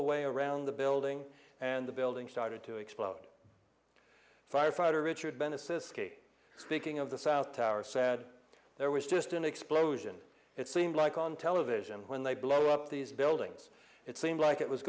the way around the building and the building started to explode firefighter richard bennett says kate speaking of the south tower said there was just an explosion it seemed like on television when they blow up these buildings it seemed like it was